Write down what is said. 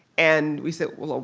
and we said, well,